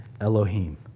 Elohim